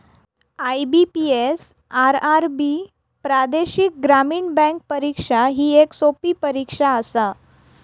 IBPS, RRB प्रादेशिक ग्रामीण bank परीक्षा ही येक सोपी परीक्षा आसा